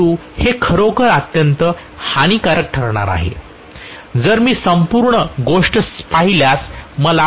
परंतु हे खरोखर अत्यंत हानीकारक ठरणार आहे जर मी संपूर्ण गोष्ट पाहिल्यास मला खूप मोठ्या प्रमाणात लॉस होणार आहे